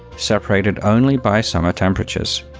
separated only by summer temperatures.